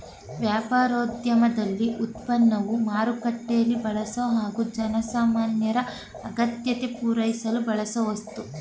ವ್ಯಾಪಾರೋದ್ಯಮದಲ್ಲಿ ಉತ್ಪನ್ನವು ಮಾರುಕಟ್ಟೆಲೀ ಬಳಸೊ ಹಾಗು ಜನಸಾಮಾನ್ಯರ ಅಗತ್ಯತೆ ಪೂರೈಸಲು ಬಳಸೋವಸ್ತು